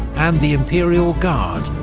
and the imperial guard,